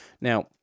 Now